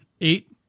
eight